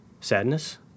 sadness